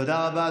תודה רבה.